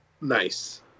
Nice